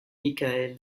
michael